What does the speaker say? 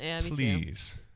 Please